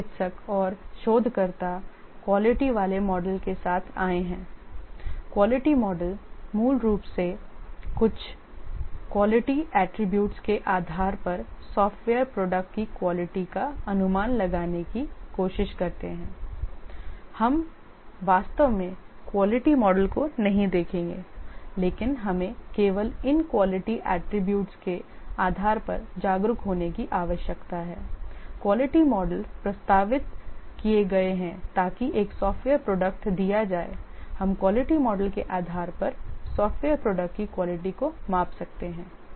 कई चिकित्सक और शोधकर्ता क्वालिटी वाले मॉडल के साथ आए हैं क्वालिटी मॉडल मूल रूप से कुछ क्वालिटी अटरीब्यूट्स के आधार पर सॉफ़्टवेयर प्रोडक्ट की क्वालिटी का अनुमान लगाने की कोशिश करते हैं हम वास्तव में क्वालिटी मॉडल को नहीं देखेंगे लेकिन हमें केवल इन क्वालिटी अटरीब्यूट्स के आधार पर जागरूक होने की आवश्यकता है क्वालिटी मॉडल प्रस्तावित किए गए हैं ताकि एक सॉफ्टवेयर प्रोडक्ट दिया जाए हम क्वालिटी मॉडल के आधार पर सॉफ्टवेयर प्रोडक्ट की क्वालिटी को माप सकते हैं